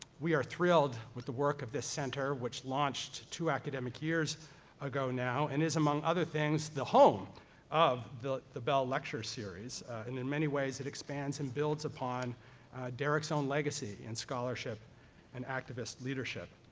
we are thrilled with the work of this center, which launched two academic years ago, now, and is among other things, the home of the the bell lecture series, and in many ways, it expands and builds upon derrick's own legacy in scholarship and activist leadership.